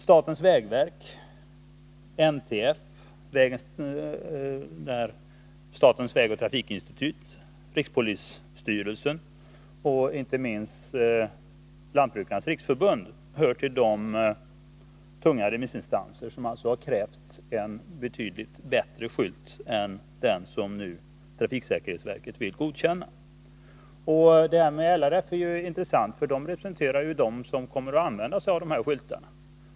Statens vägverk, NTF, statens vägoch trafikinstitut, rikspolisstyrelsen och, inte minst, Lantbrukarnas riksförbund, LRF, hör till de tunga remissinstanser som har krävt ett betydligt bättre skydd än det som trafiksäkerhetsverket nu vill godkänna. Att LRF gjort det är intressant, eftersom förbundet representerar dem som kommer att använda sig av dessa skyltar.